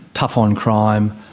tough on crime,